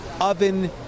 oven